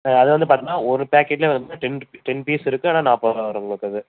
அது வந்து பார்த்தோம்னா ஒரு பேக்கேஜில் வந்து டென் டென் பீஸ் இருக்கும் ஆனால் நாற்பது ரூபா வருங்க அது